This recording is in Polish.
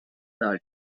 dali